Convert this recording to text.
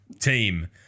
Team